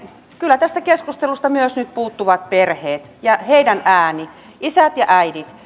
kyllä tästä keskustelusta myös nyt puuttuvat perheet ja heidän äänensä isät ja äidit